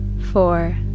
four